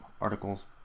articles